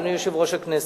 אדוני יושב-ראש הכנסת.